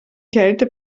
kälte